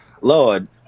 Lord